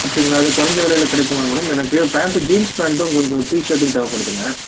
அப்படிங்களா எதுவும் குறஞ்ச விலையில கிடைக்குமா மேடம் எனக்கு பேண்ட்டு ஜீன்ஸ் பேண்ட்டும் கொஞ்சம் டீஷர்ட்டும் தேவைப்படுதுங்க